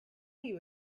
you